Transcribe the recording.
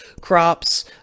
crops